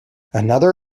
another